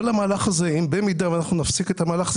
במידה ואנחנו נפסיק את המהלך,